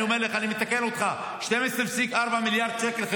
אני מתקן אותך, חילקתם 12.4 מיליארד שקל.